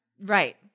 Right